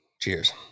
Cheers